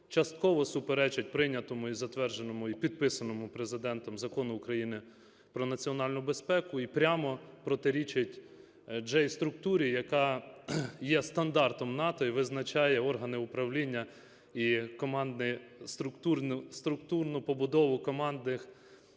частково суперечить прийнятому і затвердженому, і підписаному Президентом Закону України "Про національну безпеку" і прямо протирічитьJ-структурі, яка є стандартом НАТО і визначає органи управління, і структурну побудову командних